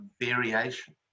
variation